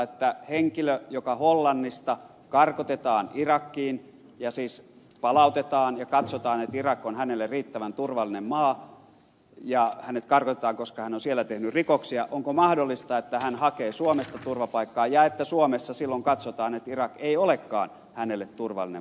jos henkilö hollannista karkotetaan irakiin siis palautetaan ja katsotaan että irak on hänelle riittävän turvallinen maa ja hänet karkotetaan koska hän on siellä tehnyt rikoksia niin onko mahdollista että hän hakee suomesta turvapaikkaa ja että suomessa silloin katsotaan että irak ei olekaan hänelle turvallinen maa